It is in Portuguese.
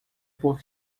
por